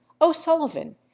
O'Sullivan